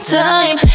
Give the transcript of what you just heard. time